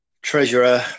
treasurer